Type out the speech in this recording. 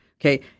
Okay